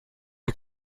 que